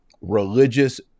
religious